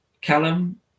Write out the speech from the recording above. Callum